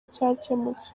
cyakemutse